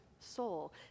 soul